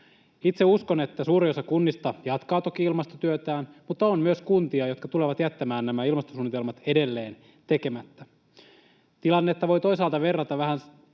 Itse uskon, että suuri osa kunnista jatkaa toki ilmastotyötään, mutta on myös kuntia, jotka tulevat jättämään nämä ilmastosuunnitelmat edelleen tekemättä. Tilannetta voi toisaalta verrata vähän